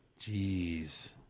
Jeez